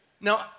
Now